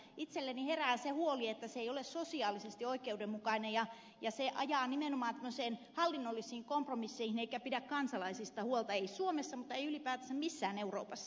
itselleni herää se huoli että se ei ole sosiaalisesti oikeudenmukainen ja se ajaa nimenomaan tämmöisiin hallinnollisiin kompromisseihin eikä pidä kansalaisista huolta ei suomessa mutta ei ylipäätänsä missään euroopassa